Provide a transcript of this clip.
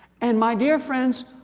and my dear friends,